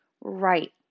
right